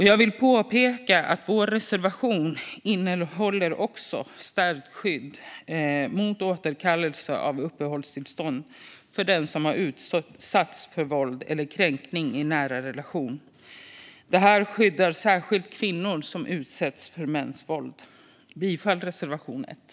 Jag vill påpeka att vår reservation också innehåller stärkt skydd mot återkallelse av uppehållstillstånd för dem som har utsatts för våld eller kränkning i nära relationer. Det här skyddar särskilt kvinnor som utsätts för mäns våld. Jag yrkar bifall till reservation 1.